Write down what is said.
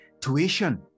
Tuition